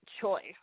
choice